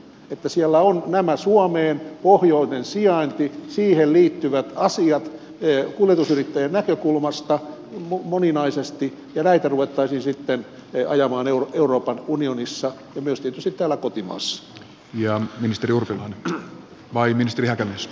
että siellä on tämä suomen pohjoinen sijainti siihen liittyvät asiat kuljetusyrittäjien näkökulmasta moninaisesti ja näitä ruvettaisiin sitten ajamaan euroopan unionissa ja myös tietysti täällä kotimaassa